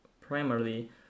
primarily